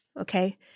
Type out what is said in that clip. okay